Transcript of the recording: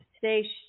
Today